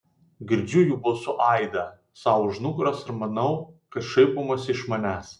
girdžiu jų balsų aidą sau už nugaros ir manau kad šaipomasi iš manęs